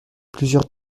plusieurs